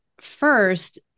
First